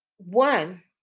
One